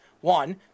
One